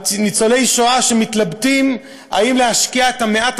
על ניצולי שואה שמתלבטים אם להשקיע את מעט